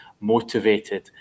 motivated